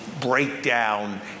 breakdown